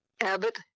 Abbott